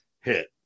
hit